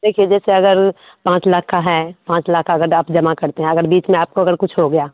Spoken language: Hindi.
देखिए जैसे अगर पाँच लाख का है पाँच लाख अगर आप जमा करते हैं अगर बीच में आपको अगर कुछ हो गया